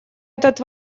этот